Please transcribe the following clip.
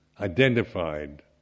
identified